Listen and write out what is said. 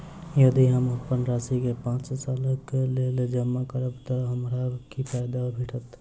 यदि हम अप्पन राशि केँ पांच सालक लेल जमा करब तऽ हमरा की फायदा भेटत?